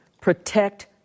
protect